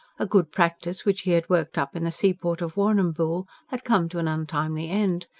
a good practice which he had worked up in the seaport of warrnambool had come to an untimely end.